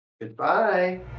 Goodbye